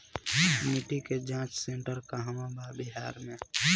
मिटी के जाच सेन्टर कहवा बा बिहार में?